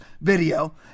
video